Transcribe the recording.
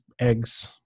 eggs